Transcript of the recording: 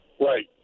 Right